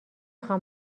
خوام